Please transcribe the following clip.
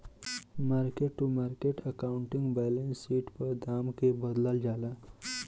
market to market accounting balance sheet पर दाम के बदलल जाला